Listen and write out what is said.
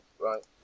right